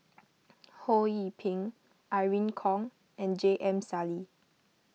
Ho Yee Ping Irene Khong and J M Sali